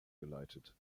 geleitet